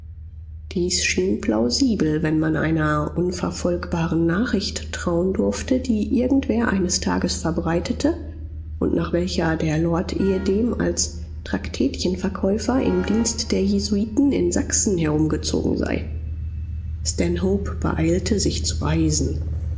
dies schien plausibel wenn man einer unverfolgbaren nachricht trauen durfte die irgendwer eines tages verbreitete und nach welcher der lord ehedem als traktätchenverkäufer im dienst der jesuiten in sachsen herumgezogen sei stanhope beeilte sich zu reisen